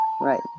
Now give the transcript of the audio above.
right